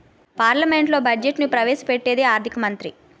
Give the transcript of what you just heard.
పార్లమెంట్లో బడ్జెట్ను ప్రవేశ పెట్టేది ఆర్థిక మంత్రి